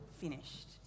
finished